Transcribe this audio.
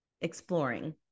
exploring